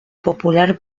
popular